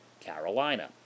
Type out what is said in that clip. Carolina